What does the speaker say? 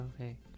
Okay